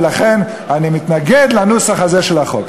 ולכן אני מתנגד לנוסח הזה של החוק.